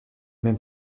même